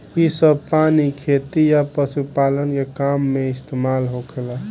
इ सभ पानी खेती आ पशुपालन के काम में इस्तमाल होखेला